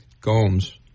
Gomes